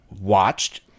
watched